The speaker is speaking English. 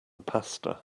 pasta